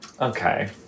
Okay